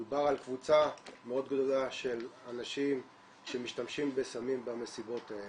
מדובר על קבוצה מאוד גדולה של אנשים שמשתמשים בסמים במסיבות האלה.